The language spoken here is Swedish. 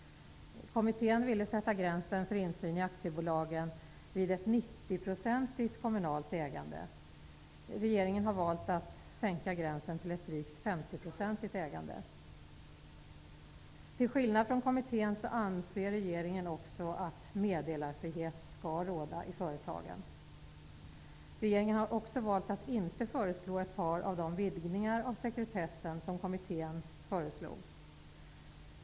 Kommittén ville sätta gränsen för insyn i aktiebolagen vid ett 90-procentigt kommunalt ägande. Regeringen har valt att sänka gränsen till ett drygt 50-procentigt kommunalt ägande. Till skillnad från kommittén anser regeringen också att meddelarfrihet skall råda i företagen. Regeringen har valt att inte föreslå ett par av de vidgningar av sekretessen som kommittén föreslog.